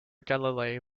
galilei